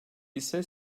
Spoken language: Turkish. ise